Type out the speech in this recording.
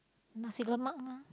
nasi-lemak lor